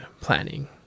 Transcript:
planning